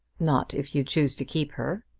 not if you choose to keep her.